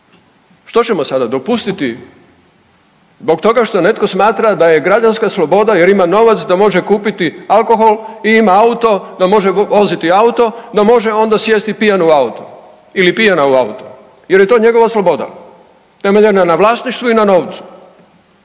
što ćemo sada dopustiti zbog toga što netko smatra da je građanska sloboda jer ima novac da može kupiti alkohol i ima auto da može voziti auto, da može onda sjesti pijan u auto ili pijana u auto jer je to njegova sloboda temeljena na vlasništvu i na novcu